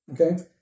Okay